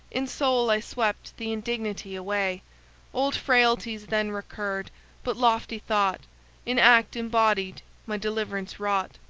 in soul i swept the indignity away old frailties then recurred but lofty thought in act embodied my deliverance wrought.